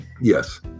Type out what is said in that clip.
yes